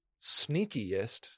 sneakiest